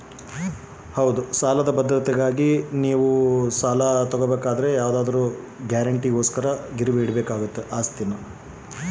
ನಾನು ಸಾಲ ತಗೋಬೇಕಾದರೆ ಗ್ಯಾರಂಟಿ ಕೊಡೋಕೆ ಏನಾದ್ರೂ ಗಿರಿವಿ ಇಡಬೇಕಾ?